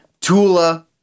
Tula